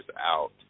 out